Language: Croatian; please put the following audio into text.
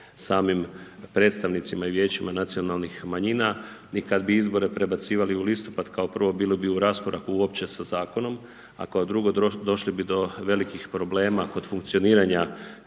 samim predstavnicima i vijećima nacionalnih manjina i kad bi izbore prebacivali u listopad, kad prvo, bilo bi u raskoraku uopće sa zakonom, a kao drugo došli bi do velikih problema kod funkcioniranja